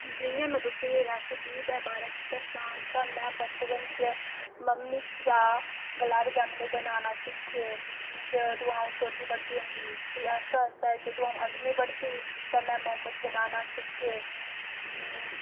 जियां में तुसेंगी रैस्पी दे बारे च दस्सां ते में बचपन च मम्मी शा गुलाबजामुन बनाना सिक्खे जदूं अ'ऊं चौथी पढ़दी होंदी ही फ्ही आस्तै आस्तै जदूं अ'ऊं अठमीं पढ़दी ही ते में मौम्स बनाना सिक्खे